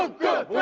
ah good